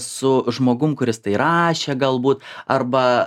su žmogum kuris tai rašė galbūt arba